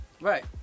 right